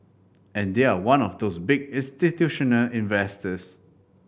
and they are one of those big institutional investors